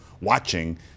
watching